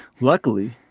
Luckily